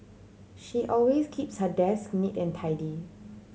she always keeps her desk neat and tidy